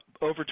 over